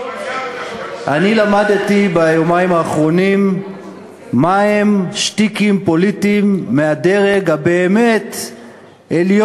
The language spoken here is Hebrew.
למדתי ביומיים האחרונים מה הם שטיקים פוליטיים מהדרג העליון,